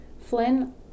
Flynn